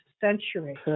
century